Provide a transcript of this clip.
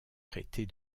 traiter